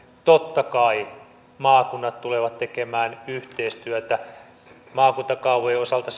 totta kai maakunnat tulevat tekemään yhteistyötä maakuntakaavojen osalta